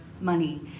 money